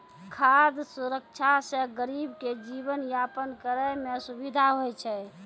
खाद सुरक्षा से गरीब के जीवन यापन करै मे सुविधा होय छै